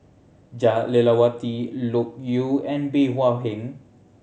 Jah Lelawati Loke Yew and Bey Hua Heng